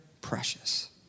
precious